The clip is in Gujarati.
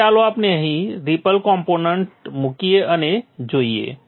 તેથી ચાલો આપણે અહીં રિપલ કોમ્પોનન્ટ મૂકીએ અને જોઈએ